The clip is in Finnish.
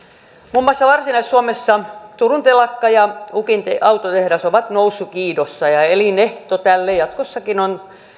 muun muassa varsinais suomessa turun telakka ja ukin autotehdas ovat nousukiidossa ja ja elinehto tälle jatkossakin ovat